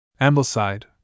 Ambleside